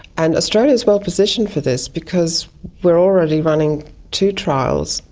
and australia is well positioned for this because we are already running two trials,